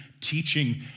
teaching